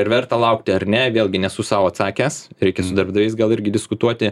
ar verta laukti ar ne vėlgi nesu sau atsakęs reikia su darbdaviais gal irgi diskutuoti